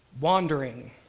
wandering